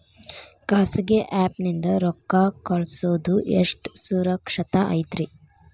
ಖಾಸಗಿ ಆ್ಯಪ್ ನಿಂದ ರೊಕ್ಕ ಕಳ್ಸೋದು ಎಷ್ಟ ಸುರಕ್ಷತಾ ಐತ್ರಿ?